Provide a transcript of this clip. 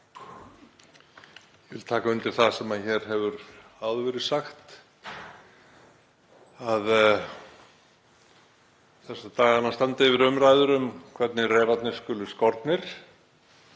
Ég vil taka undir það sem hér hefur áður verið sagt. Þessa dagana standa yfir umræður um hvernig refirnir skuli skornir.